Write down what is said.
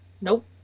Nope